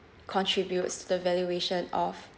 contributes to the valuation of